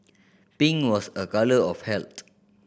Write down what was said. pink was a colour of health